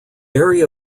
area